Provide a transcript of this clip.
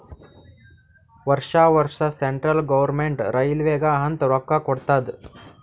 ವರ್ಷಾ ವರ್ಷಾ central government ರೈಲ್ವೇಗ ಅಂತ್ ರೊಕ್ಕಾ ಕೊಡ್ತಾದ್